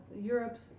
Europe's